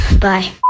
Bye